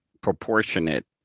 proportionate